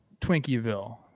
Twinkieville